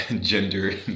gender